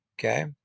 Okay